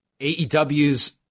AEW's